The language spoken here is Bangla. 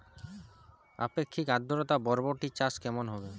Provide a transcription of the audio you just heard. আপেক্ষিক আদ্রতা বরবটি চাষ কেমন হবে?